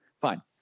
fine